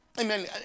Amen